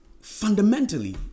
fundamentally